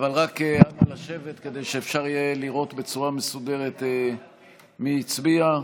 רק נא לשבת כדי שאפשר יהיה לראות בצורה מסודרת מי הצביע.